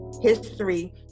history